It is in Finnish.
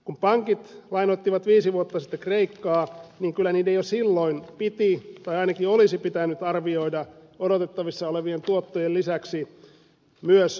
kun pankit lainoittivat viisi vuotta sitten kreikkaa kyllä niiden jo silloin piti tai ainakin olisi pitänyt arvioida odotettavissa olevien tuottojen lisäksi myös tulevaisuuden riskit